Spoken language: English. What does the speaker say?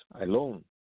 alone